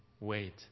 wait